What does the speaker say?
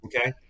Okay